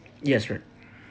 yes right